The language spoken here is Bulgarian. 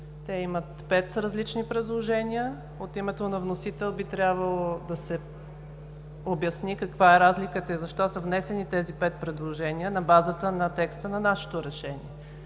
Те имат пет различни предложения. От името на вносител би трябвало да се обясни каква е разликата и защо са внесени тези пет предложения на базата на текста на нашето решение.